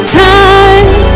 time